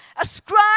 ascribe